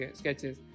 sketches